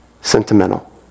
Sentimental